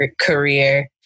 career